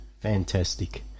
fantastic